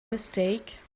mistake